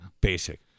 Basic